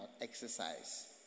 exercise